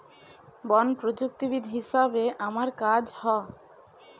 বন প্রযুক্তিবিদ হিসাবে আমার কাজ হ